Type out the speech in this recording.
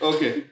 Okay